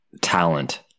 talent